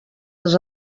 les